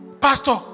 Pastor